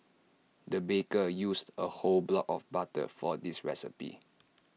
the baker used A whole block of butter for this recipe